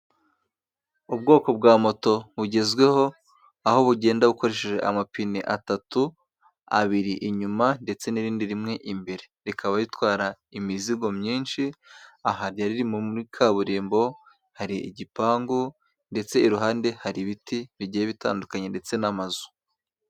Ubwoko bwa moto bugezweho, aho bugenda bukoresheje amapine atatu abiri inyuma ndetse n'irindi rimwe imbere, rikaba ritwara imizigo myinshi, aha ryari riri muri kaburimbo hari igipangu, ndetse iruhande hari ibiti bigiye bitandukanye ndetse n'amazu.